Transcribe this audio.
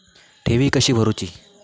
ठेवी कशी भरूची?